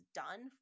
done